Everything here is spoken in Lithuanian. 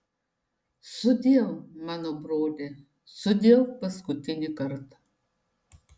sudieu mano broli sudieu paskutinį kartą